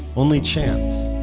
only chance,